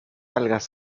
algas